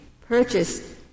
purchased